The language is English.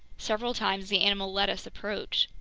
several times the animal let us approach.